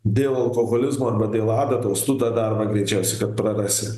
dėl alkoholizmo arba dėl adatos tu tą darbą greičiausiai kad prarasi